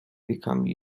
becomes